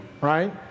Right